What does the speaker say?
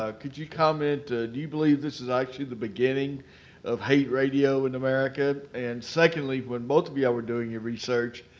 ah could you comment? do you believe this is actually the beginning of hate radio in america? and secondly, when both of y'all were doing your research,